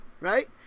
right